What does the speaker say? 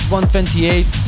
128